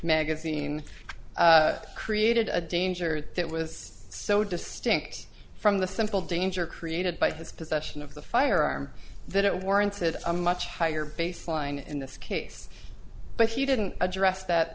magazine created a danger that was so distinct from the simple danger created by his possession of the firearm that it warranted a much higher baseline in this case but he didn't address that